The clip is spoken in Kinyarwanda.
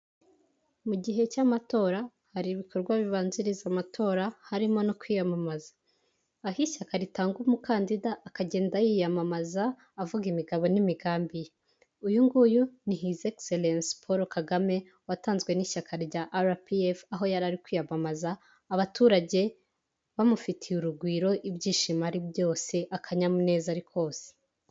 Mu gihe cy'amatora hari ibikorwa bibanziriza amatora harimo no kwiyamamaza, aho ishyaka ritanga umukandida akagenda yiyamamaza avuga imigabo n'imigambi ye, uyu nguyu ni hizi ekiselensi Kaul Kagame watanzwe n'ishyaka rya arapiyefu aho yari ari kwiyamamaza abaturage bamufitiye urugwiro ibyishimo ari byose akanyamuneza ari kose.